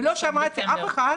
ולא שמעתי אף אחד